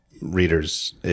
readers